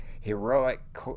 Heroic